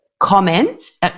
comments